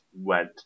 went